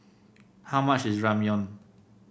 how much is Ramyeon